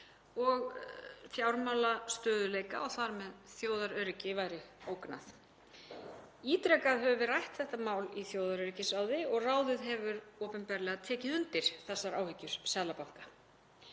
og fjármálastöðugleika og þar með þjóðaröryggi væri ógnað. Ítrekað höfum við rætt þetta mál í þjóðaröryggisráði og ráðið hefur opinberlega tekið undir þessar áhyggjur Seðlabankans.